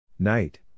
Night